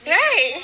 right